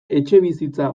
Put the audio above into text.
etxebizitza